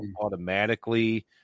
automatically